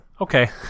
okay